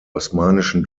osmanischen